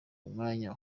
umwanya